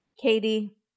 Katie